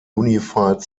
unified